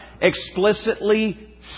explicitly